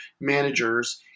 managers